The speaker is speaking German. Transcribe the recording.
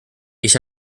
ich